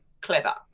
clever